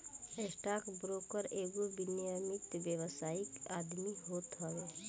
stock broker एगो विनियमित व्यावसायिक आदमी होत हवे